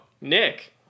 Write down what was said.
Nick